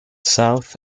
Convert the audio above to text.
south